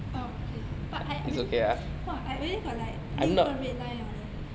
orh okay but I already got !wah! I already got 六个 red line liao leh